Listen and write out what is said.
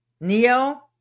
Neo